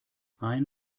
ein